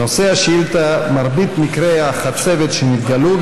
נושא השאילתה: מרבית מקרי החצבת שנתגלו,